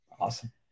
Awesome